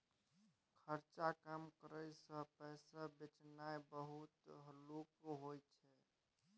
खर्चा कम करइ सँ पैसा बचेनाइ बहुत हल्लुक होइ छै